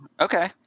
Okay